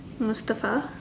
Mustafa